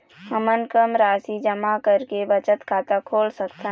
हमन कम राशि जमा करके बचत खाता खोल सकथन?